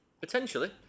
Potentially